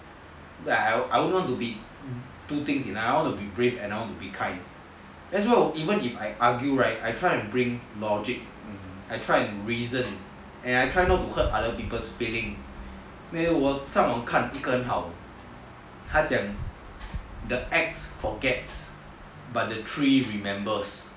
like I want to be two things I want to be brave and I want to be kind that's why even if I argue right I try to bring logic I tried to reason and I try not to hurt other peoples' feelings 因为我看起来我 chicken out 他讲 the axe forgets but the tree remembers